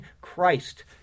Christ